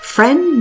Friend